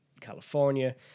California